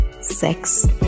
Sex